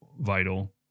vital